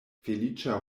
feliĉa